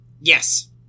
Yes